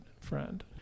friend